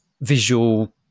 visual